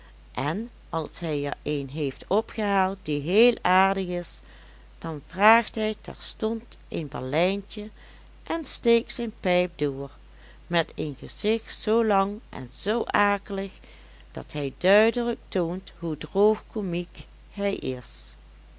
en als hij er een heeft opgehaald die heel aardig is dan vraagt hij terstond een baleintje en steekt zijn pijp door met een gezicht zoo lang en zoo akelig dat hij duidelijk toont hoe droogkomiek hij is